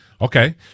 Okay